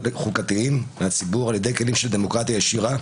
חוקתיים מהציבור על ידי כלים של דמוקרטיה ישירה,